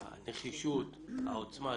הנחישות, העוצמה.